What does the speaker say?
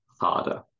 harder